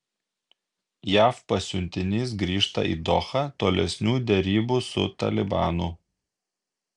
jav pasiuntinys grįžta į dohą tolesnių derybų su talibanu